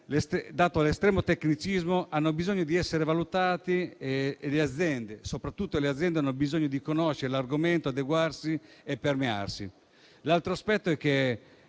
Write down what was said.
dato l'estremo tecnicismo, hanno bisogno di essere valutati (soprattutto le aziende hanno bisogno di conoscere l'argomento per poi adeguarsi e tutelarsi). L'altro aspetto è che